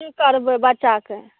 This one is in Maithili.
की करबै बच्चाके